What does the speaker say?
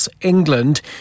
England